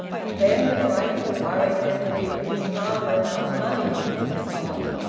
and then the frightful worry there would be with his father about money, and so on.